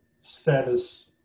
status